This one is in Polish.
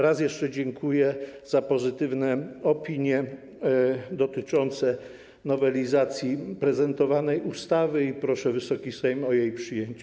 Raz jeszcze dziękuję za pozytywne opinie dotyczące nowelizacji prezentowanej ustawy i proszę Wysoki Sejm o jej przyjęcie.